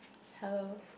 hello